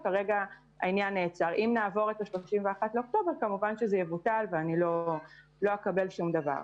אם נעבור את ה-31 באוקטובר זה יבוטל ואני לא אקבל שום דבר.